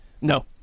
No